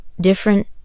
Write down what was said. different